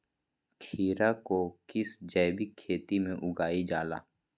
खीरा को किस जैविक खेती में उगाई जाला?